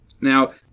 Now